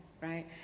right